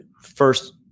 first